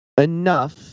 enough